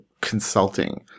consulting